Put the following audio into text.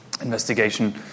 investigation